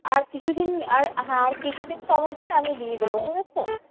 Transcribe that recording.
আর কিছুদিন আর হ্যাঁ আর কিছুদিন সময় দিন আমি দিয়ে দেব ঠিক আছে